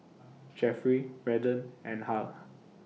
Jeffery Redden and Hal